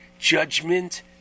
Judgment